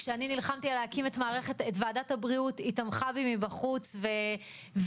כשאני נלחמתי להקים את ועדת הבריאות היא תמכה בי מבחוץ ופרגנה,